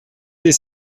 des